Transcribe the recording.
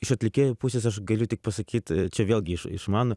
iš atlikėjų pusės aš galiu tik pasakyt čia vėlgi iš iš mano